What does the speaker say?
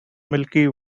milky